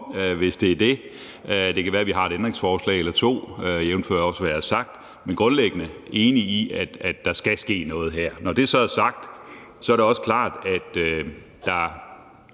hvis det er det; det kan være, vi har et ændringsforslag eller to, jævnfør også hvad jeg har sagt, men grundlæggende er vi enige i, at der skal ske noget her. Når det så er sagt, er det også klart, at der